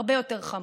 הרבה יותר חמור.